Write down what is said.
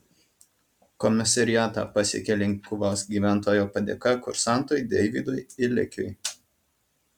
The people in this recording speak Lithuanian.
komisariatą pasiekė linkuvos gyventojo padėka kursantui deividui ilekiui